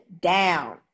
down